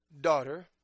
daughter